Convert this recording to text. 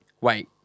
wait